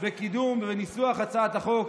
בקידום וניסוח הצעת החוק.